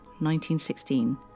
1916